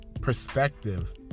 perspective